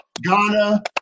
Ghana